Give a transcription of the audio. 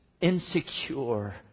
Insecure